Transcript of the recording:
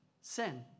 sin